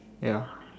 ya